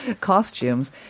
costumes